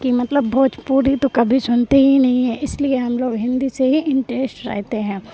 کہ مطلب بھوجپوری تو کبھی سنتے ہی نہیں ہیں اس لیے ہم لوگ ہندی سے ہی انٹریسٹ رہتے ہیں